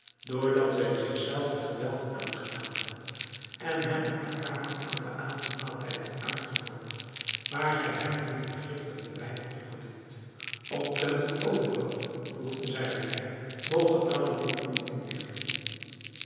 doordat zij zichzelve geweld aangedaan had en hem op haar kamer aan den avondmaaltijd had uitgenoodigd waar zij hem dan den vergiftigden wijn had toegediend omtrent het overige voegde zij erbij moge aladdin u inlichten